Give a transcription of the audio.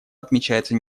отмечается